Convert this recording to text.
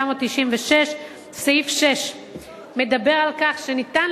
התשנ"ו 1996. סעיף 6 מדבר על כך שניתן